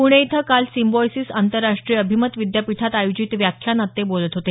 पुणे इथं काल सिम्बॉयसिस आंतरराष्ट्रीय अभिमत विद्यापीठात आयोजित व्याख्यानात ते बोलत होते